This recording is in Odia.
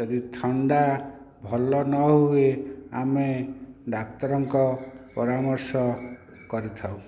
ଯଦି ଥଣ୍ଡା ଭଲ ନ ହୁଏ ଆମେ ଡାକ୍ତରଙ୍କ ପରାମର୍ଶ କରିଥାଉ